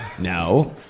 No